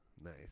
Nice